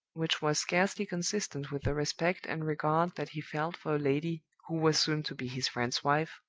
which was scarcely consistent with the respect and regard that he felt for a lady who was soon to be his friend's wife.